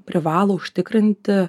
privalo užtikrinti